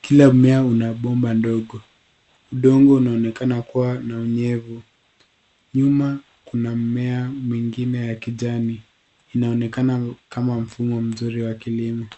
Kila mmea una bomba ndogo. Udongo unaonekana kuwa na unyevu. Nyuma, kuna mmea mwingine ya kijani, inaonekana kama mfumo mzuri wa kilimo.